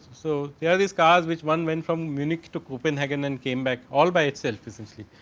so, here this car, which one men from munic to coo pen hagen and came back all by itself essentially.